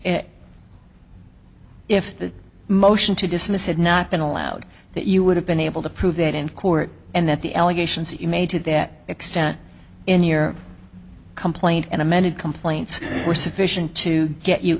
if the motion to dismiss had not been allowed that you would have been able to prove it in court and that the allegations you made to that extent in your complaint and amended complaints were sufficient to get you